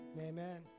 Amen